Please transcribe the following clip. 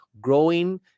growing